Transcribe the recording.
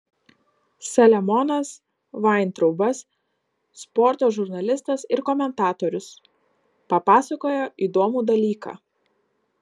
saliamonas vaintraubas sporto žurnalistas ir komentatorius papasakojo įdomų dalyką